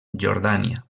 jordània